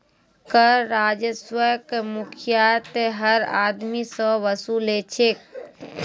कर राजस्वक मुख्यतयः हर आदमी स वसू ल छेक